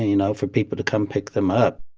you know, for people to come pick them up